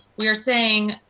we are saying,